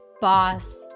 boss